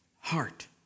heart